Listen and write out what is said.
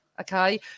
okay